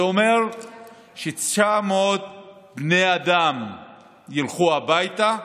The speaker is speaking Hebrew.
זה אומר ש-900 בני אדם ילכו הביתה,